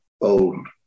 old